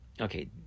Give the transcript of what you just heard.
Okay